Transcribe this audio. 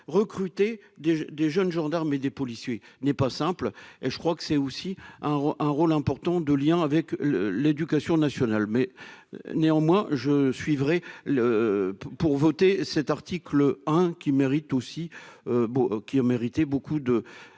recruter des des jeunes gendarmes et des policiers n'est pas simple et je crois que c'est aussi un un rôle important de lien avec l'Éducation nationale, mais néanmoins je suivrai le pour voter cet article 1 qui mérite aussi beau qui a mérité beaucoup de